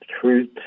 Truth